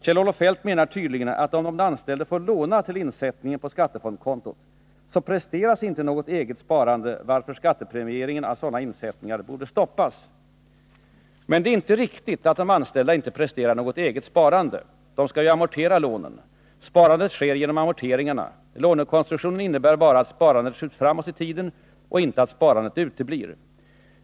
Kjell-Olof Feldt menar tydligen att om den anställde får låna till insättningen på skattefondskontot så presteras inte något eget sparande, varför skattepremieringen av sådana insättningar borde stoppas. Men det är inte riktigt att de anställda inte presterar något eget sparande. De skall ju amortera lånen. Sparandet sker genom amorteringarna. Lånekonstruktionen innebär bara att sparandet skjuts framåt i tiden och inte att sparandet uteblir.